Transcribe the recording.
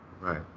Right